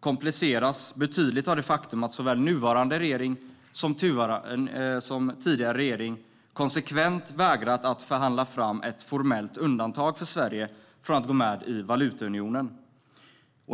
kompliceras betydligt av det faktum att såväl nuvarande som tidigare regering konsekvent vägrat att förhandla fram ett formellt undantag för Sverige att gå med i valutaunionen.